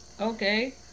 okay